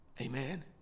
Amen